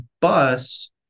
bus